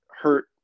hurt